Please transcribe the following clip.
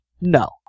No